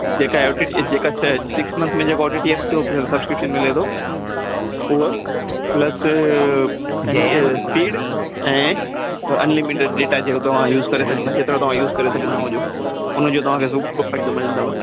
जेका ओ टी जेका स सिक्स मंथ में जेको ओ टी टी जो सब्सक्रिप्शन मिले थो हूअ प्लस एम बी स्पीड ऐं अनलिमिटिड डेटा जेको तव्हां यूज़ करे सघंदा जेतिरो तव्हां यूज़ करे सघंदा हुजो उनजो तव्हांखे पूरो फ़ाइदो मिलंदव